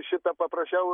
šita paprašiau